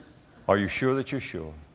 are you sure that you're sure?